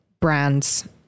brands